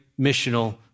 missional